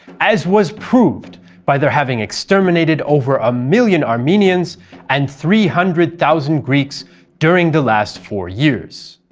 as was proved by their having exterminated over a million armenians and three hundred thousand greeks during the last four years.